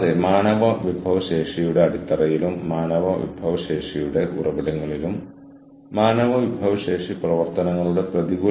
ഒരു ഓർഗനൈസേഷനിൽ എങ്ങനെയാണ് നിങ്ങൾ ആന്തരിക തൊഴിൽ പ്രാക്ടീസ് ഇക്വിറ്റി സ്ഥാപിക്കുന്നത്